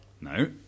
No